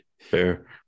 fair